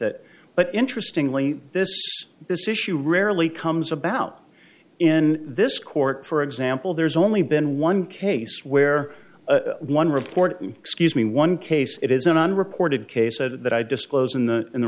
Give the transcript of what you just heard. that but interestingly this this issue rarely comes about in this court for example there's only been one case where one report excuse me in one case it isn't an reported case that i disclosed in the in the